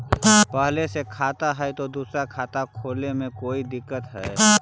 पहले से खाता है तो दूसरा खाता खोले में कोई दिक्कत है?